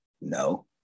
no